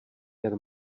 jen